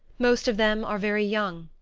most of them are very young,